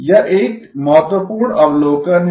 यह एक महत्वपूर्ण अवलोकन है